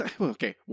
okay